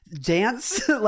dance